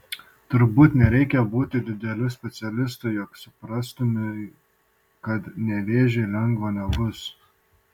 turbūt nereikia būti dideliu specialistu jog suprastumei kad nevėžiui lengva nebus